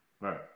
Right